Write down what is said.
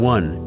One